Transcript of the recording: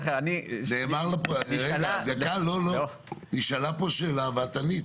נשאלה פה שאלה ואת ענית,